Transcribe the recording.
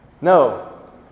No